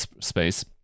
space